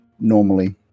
normally